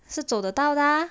是走的到的啊